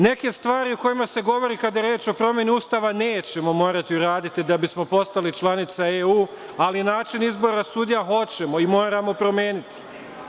Neke stvari o kojima se govori, kada je reč o promeni Ustava nećemo morati uraditi da bismo postali članica EU, ali način izbora sudija hoćemo i moramo promeniti.